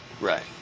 Right